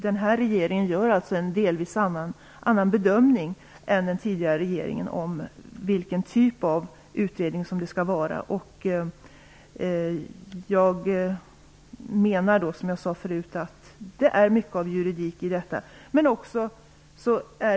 Den här regeringen gör alltså delvis en annan bedömning än den tidigare regeringen av vilken typ av utredning det bör vara. Jag menar, som jag sade förut, att det finns mycket juridik i detta.